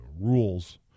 rules